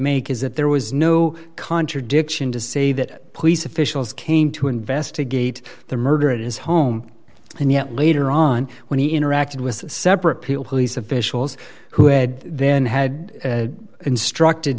make is that there was no contradiction to say that police officials came to investigate the murder at his home and yet later on when he interacted with separate people police officials who had then had instructed